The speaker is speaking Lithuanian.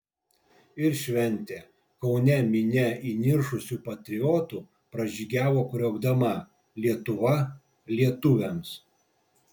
ir šventė kaune minia įniršusių patriotų pražygiavo kriokdama lietuva lietuviams